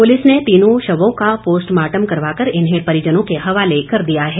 police ने तीनों शवों का पोस्टमार्टम करवाकर इन्हें परिजनों के हवाले कर दिया है